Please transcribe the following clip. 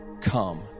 come